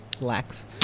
lax